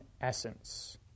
essence